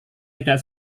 tidak